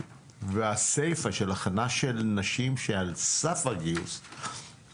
והסיפא של הכנה של נשים שעל סף קבלה,